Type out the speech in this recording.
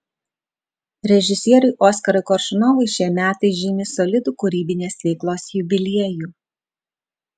režisieriui oskarui koršunovui šie metai žymi solidų kūrybinės veiklos jubiliejų